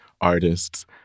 artists